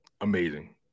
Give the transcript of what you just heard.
amazing